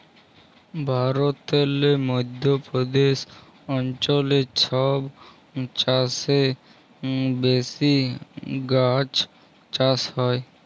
ভারতেল্লে মধ্য প্রদেশ অঞ্চলে ছব চাঁঁয়ে বেশি গাহাচ চাষ হ্যয়